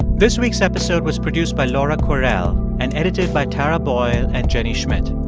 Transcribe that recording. this week's episode was produced by laura kwerel and edited by tara boyle and jenny schmidt.